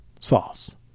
sauce